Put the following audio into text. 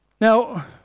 Now